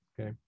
okay